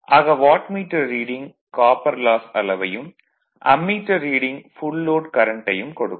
ஆக wattmeter reading copper loss அளவையும் ammeter reading full load கரண்ட்டையும் கொடுக்கும்